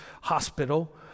Hospital